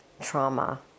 trauma